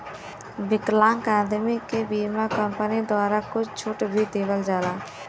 विकलांग आदमी के बीमा कम्पनी द्वारा कुछ छूट भी देवल जाला